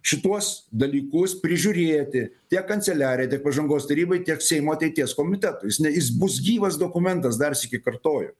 šituos dalykus prižiūrėti tiek kanceliarijai tiek pažangos tarybai tiek seimo ateities komitetui jis ne jis bus gyvas dokumentas dar sykį kartoju